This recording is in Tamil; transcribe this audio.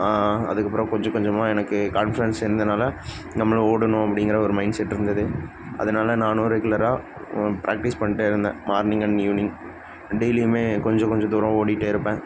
அதுக்கப்புறம் கொஞ்சம் கொஞ்சமாக எனக்கு கான்ஃபிடன்ஸ் இருந்தனால் நம்மளும் ஓடணும் அப்படிங்கிற ஒரு மைண்ட் செட் இருந்தது அதனால் நானும் ரெகுலராக ப்ராக்டிஸ் பண்ணிகிட்டே இருந்தேன் மார்னிங் அண்ட் ஈவ்னிங் டெய்லியுமே கொஞ்சம் கொஞ்ச தூரம் ஓடிகிட்டே இருப்பேன்